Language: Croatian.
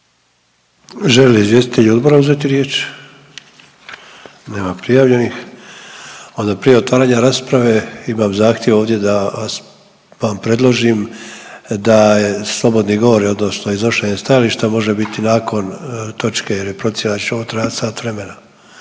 li izvjestitelji odbora uzeti riječ? Nema prijavljenih, onda prije otvaranja rasprave imam zahtjev ovdje da vam predložim da slobodni govori odnosno iznošenje stajališta može biti nakon točke jer je procjena da će ovo trajati sat vremena.